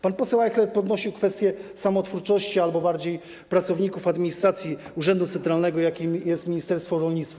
Pan poseł Ajchler podnosił kwestię samotwórczości albo bardziej pracowników administracji, urzędu centralnego, jakim jest ministerstwo rolnictwa.